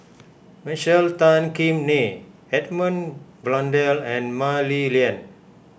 Michael Tan Kim Nei Edmund Blundell and Mah Li Lian